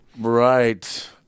Right